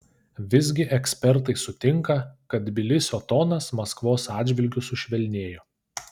visgi ekspertai sutinka kad tbilisio tonas maskvos atžvilgiu sušvelnėjo